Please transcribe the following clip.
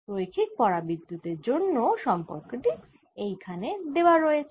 রৈখিক পরাবিদ্যুতের জন্য সম্পর্ক টি এইখানে দেওয়া রয়েছে